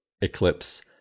Eclipse